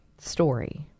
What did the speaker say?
story